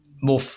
more